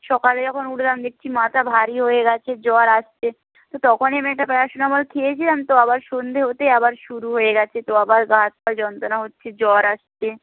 সকালে যখন উঠলাম দেখছি মাথা ভারী হয়ে গেছে জ্বর আসছে তো তখনই আমি একটা প্যারাসিটামল খেয়েছিলাম তো আবার সন্ধ্যে হতেই আবার শুরু হয়ে গেছে তো আবার গা হাত পা যন্ত্রণা হচ্ছে জ্বর আসছে